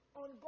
on